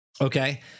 Okay